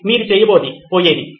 మీరు చేయబోయేది అదే